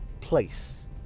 place